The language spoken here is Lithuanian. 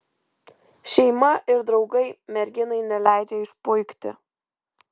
šeima ir draugai merginai neleidžia išpuikti